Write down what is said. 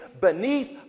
beneath